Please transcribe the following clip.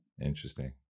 Interesting